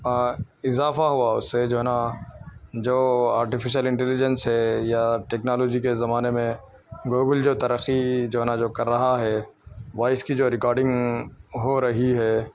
اضافہ ہوا اس سے جو ہے نا جو آرٹیفیشیل انٹلیجنس ہے یا ٹیکنالوجی کے زمانے میں گوگل جو ترقی جو ہے نا جو کر رہا ہے وائس کی جو رکاڈنگ ہو رہی ہے